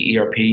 ERP